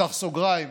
אפתח סוגריים